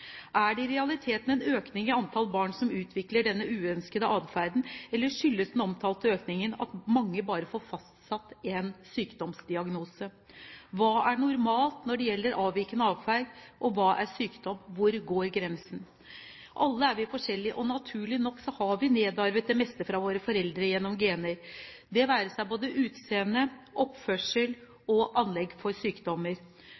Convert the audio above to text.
Er det i realiteten en økning i antall barn som utvikler denne uønskede adferden, eller skyldes den omtalte økningen at mange bare får fastsatt en sykdomsdiagnose? Hva er normalt når det gjelder avvikende adferd, og hva er sykdom? Hvor går grensen? Alle er vi forskjellige, og naturlig nok har vi nedarvet det meste fra våre foreldre gjennom gener – det være seg både